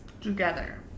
Together